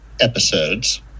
episodes